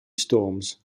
storms